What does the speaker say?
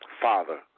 Father